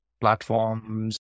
platforms